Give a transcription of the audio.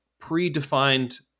predefined